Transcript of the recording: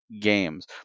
games